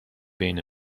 بین